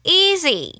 easy